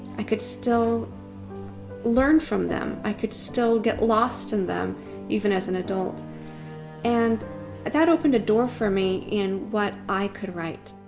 i could still learn from them, i could still get lost in them even as an adult and that opened a door for me in what i could write.